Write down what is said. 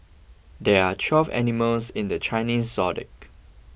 there are twelve animals in the Chinese zodiac